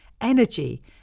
energy